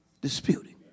disputing